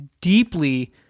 deeply